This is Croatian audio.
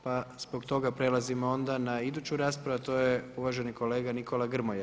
Pa zbog toga prelazimo onda na iduću raspravu a to je uvaženi kolega Nikola Grmoja.